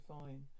fine